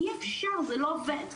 אי אפשר זה לא עובד.